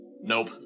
Nope